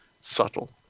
subtle